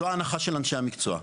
זאת ההנחה של אנשי המקצוע.